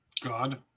God